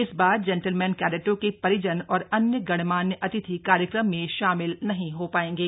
इस बार जेंटलमैन कैडेटों के परिजन और अन्य गणमान्य अतिथि कार्यक्रम में शामिल नहीं हो पायेंगे